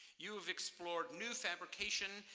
you have explored new fabrication,